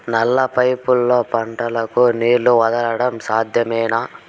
నల్ల పైపుల్లో పంటలకు నీళ్లు వదలడం సాధ్యమేనా?